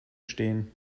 stehen